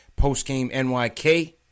PostgameNYK